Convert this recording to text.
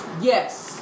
Yes